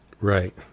Right